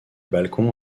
balcons